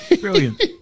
Brilliant